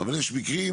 אבל יש מקרים,